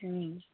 ও